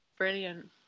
Brilliant